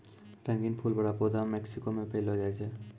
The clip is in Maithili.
रंगीन फूल बड़ा पौधा मेक्सिको मे पैलो जाय छै